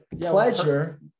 pleasure